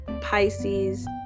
pisces